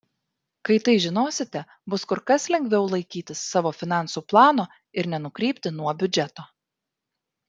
kai tai žinosite bus kur kas lengviau laikytis savo finansų plano ir nenukrypti nuo biudžeto